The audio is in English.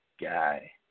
guy